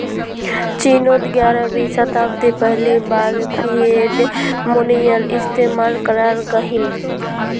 चिनोत ग्यारहवीं शाताब्दित पहली बार फ़िएट मोनेय्र इस्तेमाल कराल गहिल